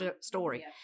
story